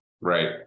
Right